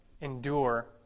endure